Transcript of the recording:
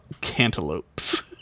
cantaloupes